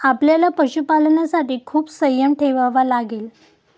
आपल्याला पशुपालनासाठी खूप संयम ठेवावा लागेल